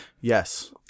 Yes